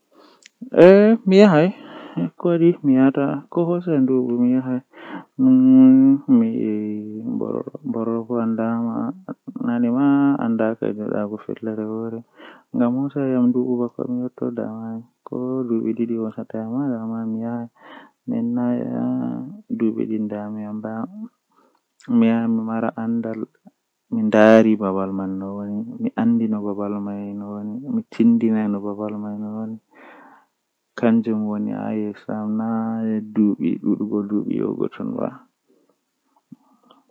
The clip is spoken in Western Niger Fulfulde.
Mi wiyan mo o wallina hakkilo maako kuugal na bedon heba dum be law ngamman o deita o wallina hakkilo maako be hakkilo o waran o heba kuugal bako o heba manbo to odon mari ceede sedda haa juude maako ndikka ofudda wailitukki ofudda sana'a ofudda wadugo be hakkilo hakkilo wawan kanjumma wara burinamo kuugal man